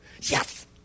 yes